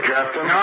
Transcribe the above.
Captain